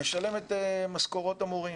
משלם את משכורות המורים.